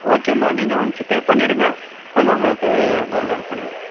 ஓகேமா நீங்கள் once pay பண்ணிவிடுங்க நாங்கள் உங்களுக்கு டோர் டெலிவரி பண்ணிடுறோம்